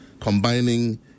combining